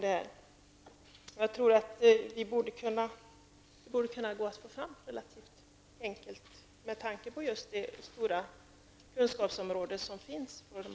Det borde vara relativt enkelt att få fram den kunskapen med tanke på den stora kunskap som finns bland biståndsarbetarna.